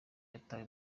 yatawe